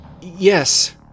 Yes